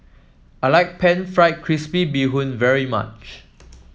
I like pan fried crispy Bee Hoon very much